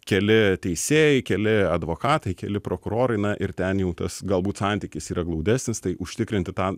keli teisėjai keli advokatai keli prokurorai na ir ten jau tas galbūt santykis yra glaudesnis tai užtikrinti tą